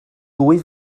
dwy